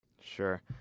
Sure